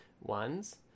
ones